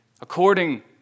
according